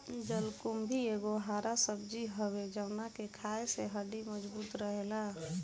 जलकुम्भी एगो हरा सब्जी हवे जवना के खाए से हड्डी मबजूत रहेला